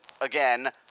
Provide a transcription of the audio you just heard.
again